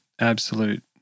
absolute